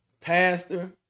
Pastor